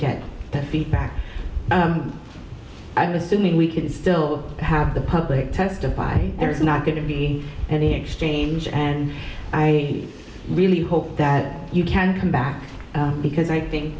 get that feedback i was assuming we can still have the public testify there's not going to be any exchange and i really hope that you can come back because i think